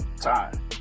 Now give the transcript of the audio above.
Time